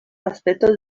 aspectos